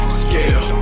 scale